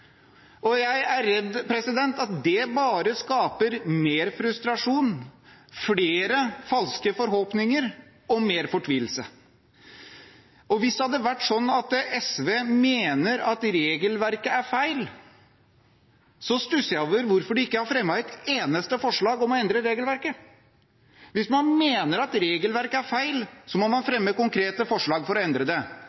Jeg er redd for at det bare skaper mer frustrasjon, flere falske forhåpninger og mer fortvilelse. Hvis det er sånn at SV mener at regelverket er feil, stusser jeg over at de ikke har fremmet et eneste forslag om å endre det. Hvis man mener at regelverket er feil, må man